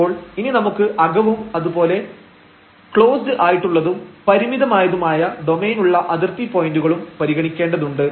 അപ്പോൾ ഇനി നമുക്ക് അകവും അതുപോലെ ക്ലോസ്ഡ് ആയിട്ടുള്ളതും പരിമിതമായതുമായ ഡൊമൈനുള്ള അതിർത്തി പോയന്റുകളും പരിഗണിക്കേണ്ടതുണ്ട്